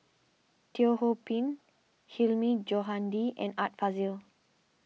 Teo Ho Pin Hilmi Johandi and Art Fazil